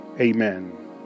amen